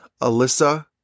Alyssa